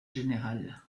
générale